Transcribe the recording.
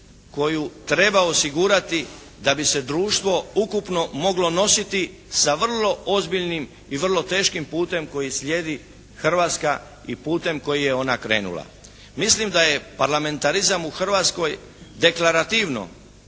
koju treba osigurati da bi se društvo ukupno moglo nositi sa vrlo ozbiljnim i vrlo teškim putem koji slijedi Hrvatska i putem kojim je ona krenula. Mislim da je parlamentarizam u Hrvatskoj deklarativno